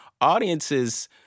audiences